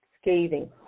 scathing